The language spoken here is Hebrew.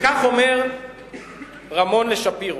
וכך אומר רמון לשפירו: